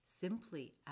Simply